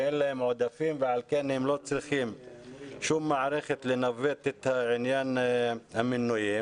אין להם עודפים ועל כן הם לא צריכים שום מערכת לנווט את עניין המינויים.